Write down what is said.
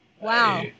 wow